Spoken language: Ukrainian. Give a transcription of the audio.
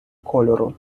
кольору